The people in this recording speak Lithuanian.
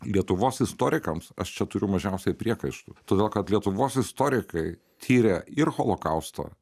lietuvos istorikams aš čia turiu mažiausiai priekaištų todėl kad lietuvos istorikai tyrė ir holokaustą